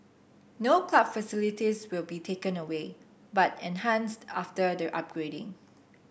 no club facilities will be taken away but enhanced after the upgrading